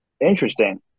Interesting